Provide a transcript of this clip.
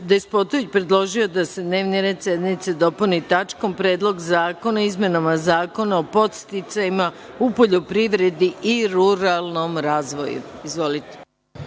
Despotović predložio je da se dnevni red sednice dopuni tačkom - Predlog zakona o izmenama Zakona o podsticajima u poljoprivredi i ruralnom razvoju. Izvolite.